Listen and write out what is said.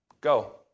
Go